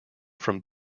from